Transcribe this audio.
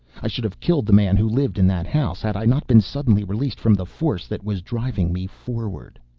i should have killed the man who lived in that house, had i not been suddenly released from the force that was driving me forward!